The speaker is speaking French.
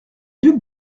duc